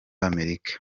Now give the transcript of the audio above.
amerika